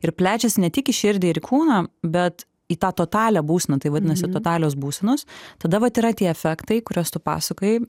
ir plečiasi ne tik į širdį ir į kūną bet į tą totalią būseną tai vadinasi totalios būsenos tada vat yra tie efektai kuriuos tu pasakojai